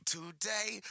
Today